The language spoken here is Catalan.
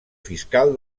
fiscal